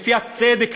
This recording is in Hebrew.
לפי הצדק,